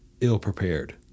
ill-prepared